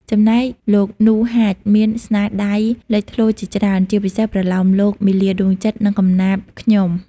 ចំំណែកលោក នូ ហាច មានស្នាដៃលេចធ្លោជាច្រើន ជាពិសេសប្រលោមលោក មាលាដួងចិត្ត និងកំណាព្យ ខ្ញុំ។